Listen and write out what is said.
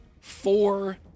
four